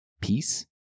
peace